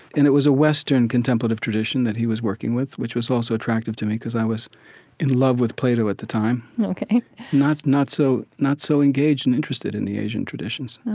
and it was a western contemplative tradition that he was working with, which was also attractive to me because i was in love with plato at the time ok not not so so engaged and interested in the asian traditions